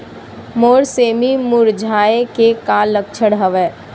मोर सेमी मुरझाये के का लक्षण हवय?